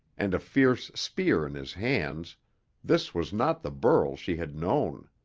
and a fierce spear in his hands this was not the burl she had known.